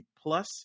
plus